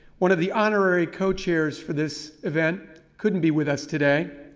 one of the honorary co-chairs for this event couldn't be with us today.